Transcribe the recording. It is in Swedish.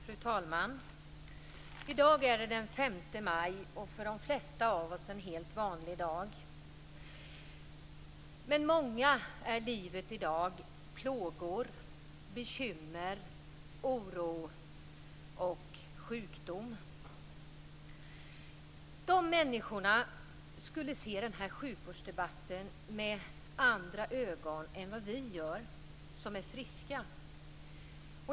Fru talman! I dag är det den 5 maj och för de flesta av oss en helt vanlig dag. Men för många är livet i dag plågor, bekymmer, oro och sjukdom. Dessa människor skulle se på den här sjukvårdsdebatten med andra ögon än vad vi gör som är friska.